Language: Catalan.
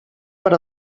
per